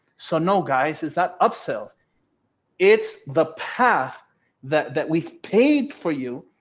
so no guys is that upsells it's the path that that we paid for you.